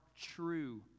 true